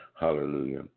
Hallelujah